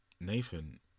Nathan